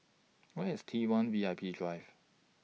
Where IS T one V I P Drive